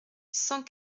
cent